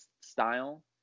style